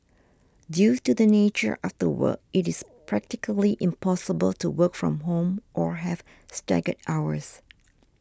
due to the nature of the work it is practically impossible to work from home or have staggered hours